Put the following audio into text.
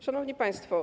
Szanowni Państwo!